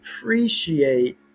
appreciate